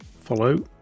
follow